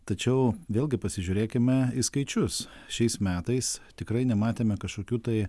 tačiau vėlgi pasižiūrėkime į skaičius šiais metais tikrai nematėme kažkokių tai